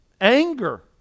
Anger